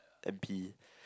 m_p